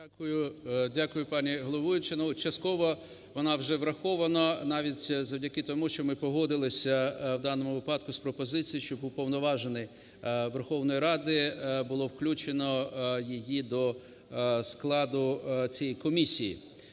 Дякую, пані головуюча. Ну, частково вона вже врахована навіть завдяки тому, що ми погодилися в даному випадку з пропозицією, щоб Уповноважений Верховної Ради, було включено її до складу цієї комісії.